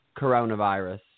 coronavirus